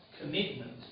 commitment